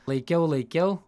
laikiau laikiau